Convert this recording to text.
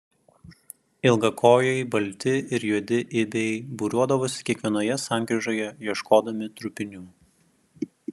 ilgakojai balti ir juodi ibiai būriuodavosi kiekvienoje sankryžoje ieškodami trupinių